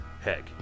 Heck